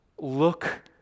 look